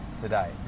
today